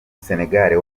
senegal